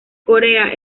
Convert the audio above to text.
corea